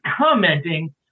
commenting